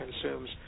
consumes